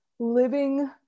living